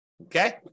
okay